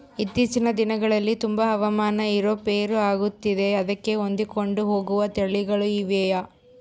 ಇತ್ತೇಚಿನ ದಿನಗಳಲ್ಲಿ ತುಂಬಾ ಹವಾಮಾನ ಏರು ಪೇರು ಆಗುತ್ತಿದೆ ಅದಕ್ಕೆ ಹೊಂದಿಕೊಂಡು ಹೋಗುವ ತಳಿಗಳು ಇವೆಯಾ?